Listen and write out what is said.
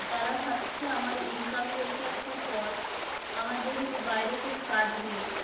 তারা ভাবছে আমার ইনকামের এটা একটা পথ আমার যেহেতু বাইরে কোনো কাজ নেই